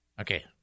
Okay